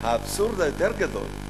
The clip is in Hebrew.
האבסורד היותר גדול,